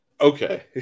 Okay